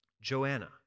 Joanna